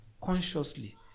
consciously